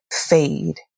fade